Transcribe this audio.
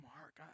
Mark